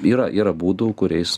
yra yra būdų kuriais